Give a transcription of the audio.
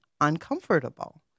uncomfortable